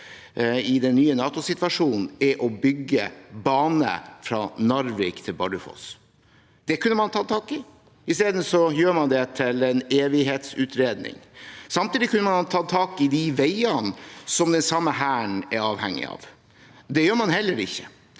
i den nye NATO-situasjonen er å bygge bane fra Narvik til Bardufoss. Det kunne man tatt tak i. I stedet gjør man det til en evighetsutredning. Samtidig kunne man tatt tak i de veiene som den samme Hæren er avhengig av. Det gjør man heller ikke.